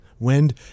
wind